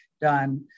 done